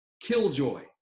killjoy